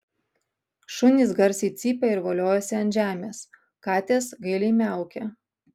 šunys garsiai cypia ir voliojasi ant žemės katės gailiai miaukia